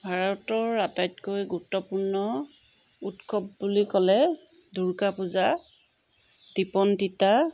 ভাৰতৰ আটাইতকৈ গুৰুত্বপূৰ্ণ উৎসৱ বুলি ক'লে দুৰ্গা পূজা দীপান্বিতা